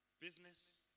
business